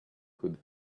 could